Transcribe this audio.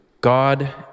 God